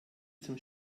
zum